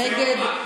נגד,